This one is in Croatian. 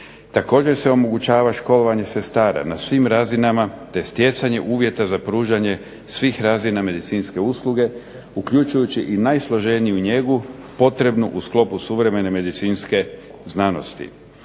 Također se omogućava školovanje sestara na svim razinama te stjecanje uvjeta za pružanje svih razina medicinske usluge uključujući i najsloženiju njegu potrebnu u sklopu suvremene medicinske znanosti.